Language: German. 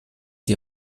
die